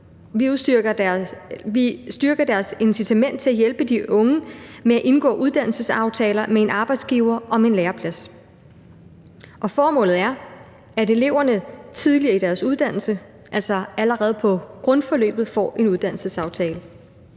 Vi styrker deres incitament til at hjælpe de unge med at indgå uddannelsesaftaler med en arbejdsgiver om en læreplads. Og formålet er, at eleverne tidligere i deres uddannelse, altså allerede på grundforløbet, får en uddannelsesaftale.